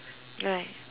right